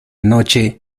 noche